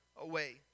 away